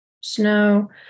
snow